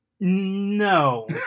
No